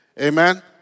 Amen